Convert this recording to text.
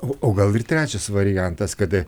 o o gal ir trečias variantas kada